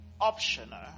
optional